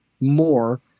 more